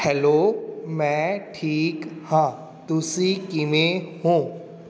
hello ਮੈਂ ਠੀਕ ਹਾਂ ਤੁਸੀਂ ਕਿਵੇਂ ਹੋ